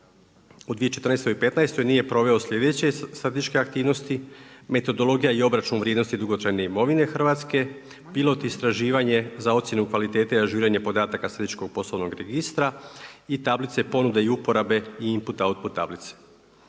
u 2014. i 2015. nije proveo sljedeće statističke aktivnosti, metodologija i obračun vrijednosti dugotrajne imovine Hrvatske, pilot istraživanje za ocjenu kvalitete i ažuriranje podataka statističkog poslovnog registra i tablice ponude i uporabe i input output tablice.